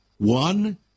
One